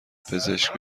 پزشک